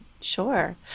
sure